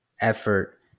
effort